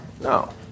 no